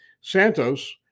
Santos